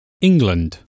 England